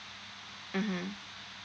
mmhmm